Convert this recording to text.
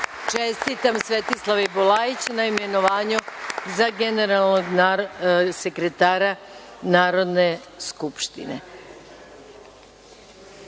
čestitam Svetislavi Bulajić na imenovanju za generalnog sekretara Narodne skupštine. Pošto